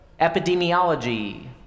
Epidemiology